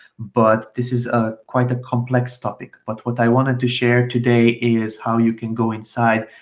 but this is a quite a complex topic. but what i wanted to share today is how you can go inside,